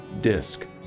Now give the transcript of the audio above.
disc